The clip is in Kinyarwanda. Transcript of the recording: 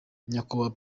nyakubahwa